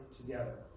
together